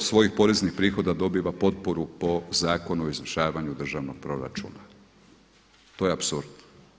78% svojih poreznih prihoda dobiva potporu po Zakonu o izvršavanju državnog proračuna, to je apsurd.